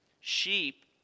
Sheep